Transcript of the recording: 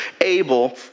Abel